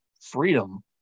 freedom